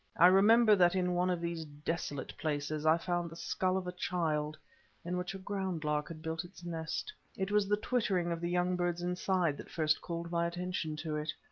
i remember that in one of these desolate places i found the skull of a child in which a ground-lark had built its nest. it was the twittering of the young birds inside that first called my attention to it.